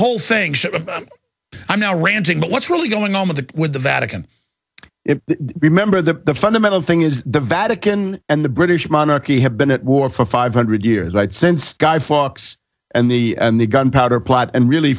whole thing i know ranting but what's really going on with the with the vatican remember the fundamental thing is the vatican and the british monarchy have been at war for five hundred years since guy fawkes and the and the gunpowder plot and really